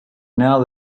now